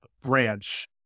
branch